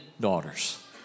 daughters